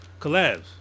collabs